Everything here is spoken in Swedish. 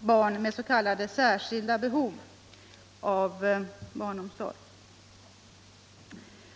barn med s.k. särskilda behov av barnomsorg.